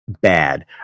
bad